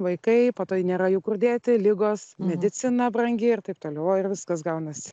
vaikai po to nėra jų kur dėti ligos medicina brangi ir taip toliau o ir viskas gaunasi